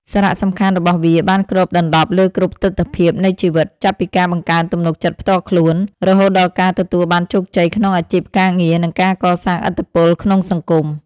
សារៈសំខាន់របស់វាបានគ្របដណ្ដប់លើគ្រប់ទិដ្ឋភាពនៃជីវិត ចាប់ពីការបង្កើនទំនុកចិត្តផ្ទាល់ខ្លួន រហូតដល់ការទទួលបានជោគជ័យក្នុងអាជីពការងារ និងការកសាងឥទ្ធិពលក្នុងសង្គម។